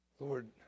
Lord